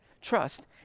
trust